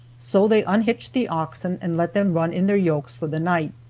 so they unhitched the oxen and let them run in their yokes for the night.